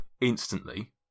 instantly